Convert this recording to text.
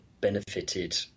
benefited